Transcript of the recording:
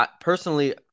Personally